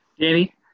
Danny